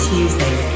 Tuesday